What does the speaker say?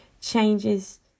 changes